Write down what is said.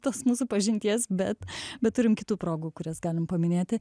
tas mūsų pažinties bet bet turim kitų progų kurias galim paminėti